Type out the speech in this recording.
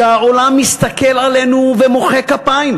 שהעולם מסתכל עלינו ומוחא כפיים.